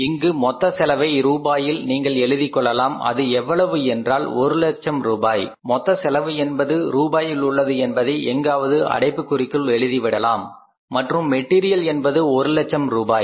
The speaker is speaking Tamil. இங்கு மொத்த செலவை ரூபாயில் நீங்கள் எழுதிக் கொள்ளலாம் அது எவ்வளவு என்றால் ஒரு லட்சம் ரூபாய் மொத்த செலவு என்பது ரூபாயில் உள்ளது என்பதை எங்காவது அடைப்புக்குறிக்குள் எழுதிவிடலாம் மற்றும் மெட்டீரியல் என்பது ஒரு லட்சம் ரூபாய்